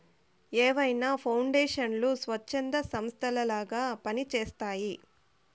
ఏవైనా పౌండేషన్లు స్వచ్ఛంద సంస్థలలాగా పని చేస్తయ్యి